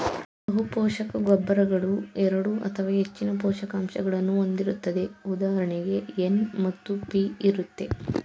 ಬಹುಪೋಷಕ ಗೊಬ್ಬರಗಳು ಎರಡು ಅಥವಾ ಹೆಚ್ಚಿನ ಪೋಷಕಾಂಶಗಳನ್ನು ಹೊಂದಿರುತ್ತದೆ ಉದಾಹರಣೆಗೆ ಎನ್ ಮತ್ತು ಪಿ ಇರುತ್ತೆ